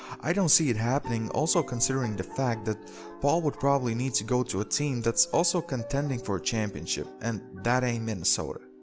i don't see it happening also considering the fact that paul would probably need to go to a team that's also contending for a championship and that ain't minnesota.